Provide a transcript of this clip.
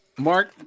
Mark